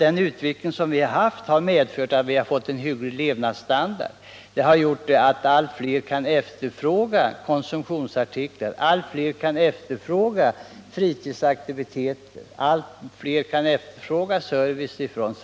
Den utveckling som vi haft har medfört att vi fått en hygglig levnadsstandard, som gjort att allt fler kan efterfråga konsumtionsartiklar, fritidsaktiviteter och samhällelig service.